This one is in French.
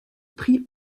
pris